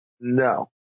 No